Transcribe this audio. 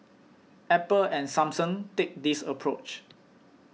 Apple and Samsung take this approach